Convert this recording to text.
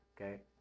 okay